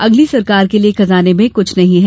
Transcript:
अगली सरकार के लिये खजाने में कुछ नहीं है